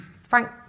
Frank